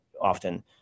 often